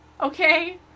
okay